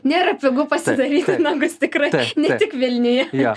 nėra pigu pasidaryti nagus tikrai ne tik vilniuje